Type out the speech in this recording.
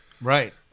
Right